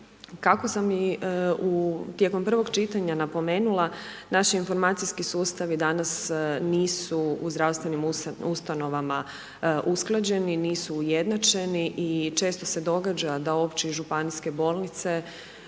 Kako sam i tijekom prvog čitanja napomenula, naš informacijski sustav i danas nisu u zdravstvenim ustanovama usklađeni, nisu ujednačeni i često se događa da opće i županijske bolnice,